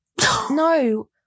No